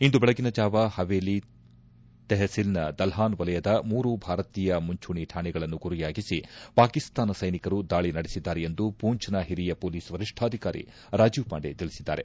ಇಂದು ಬೆಳಗಿನ ಜಾವ ಪವೇಲಿ ತೆಹಸಿಲ್ನ ದಲ್ಹಾನ್ ವಲಯದ ಮೂರು ಭಾರತೀಯ ಮುಂಚೂಣಿ ಠಾಣೆಗಳನ್ನು ಗುರಿಯಾಗಿಸಿ ಪಾಕಿಸ್ತಾನ ಸೈನಿಕರು ದಾಳಿ ನಡೆಸಿದ್ದಾರೆ ಎಂದು ಪೂಂಚ್ನ ಹಿರಿಯ ಮೊಲೀಸ್ ವರಿಷ್ಠಾಧಿಕಾರಿ ರಾಜೀವ್ ಪಾಂಡೆ ತಿಳಿಸಿದ್ದಾರೆ